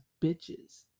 bitches